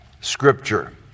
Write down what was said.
scripture